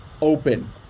open